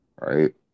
Right